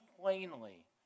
plainly